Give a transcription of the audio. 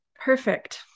perfect